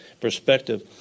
perspective